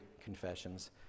confessions